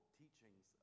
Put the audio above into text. teachings